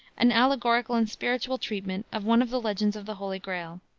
an allegorical and spiritual treatment of one of the legends of the holy grail.